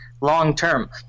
long-term